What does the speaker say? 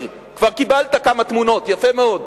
עמיר, כבר קיבלת כמה תמונות, יפה מאוד.